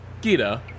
Gita